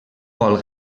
vol